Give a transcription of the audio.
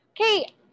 Okay